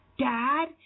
Dad